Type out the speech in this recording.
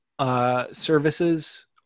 Services